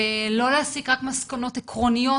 ולא להסיק רק מסקנות עקרוניות,